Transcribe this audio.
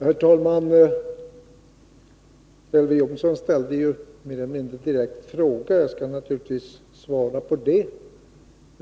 Herr talman! Elver Jonsson ställde mer eller mindre direkt en fråga. Jag skall naturligtvis svara på den.